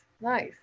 nice